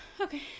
Okay